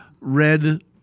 red